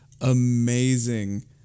amazing